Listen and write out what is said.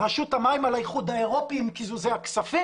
רשות המים על האיחוד האירופי עם קיזוזי הכספים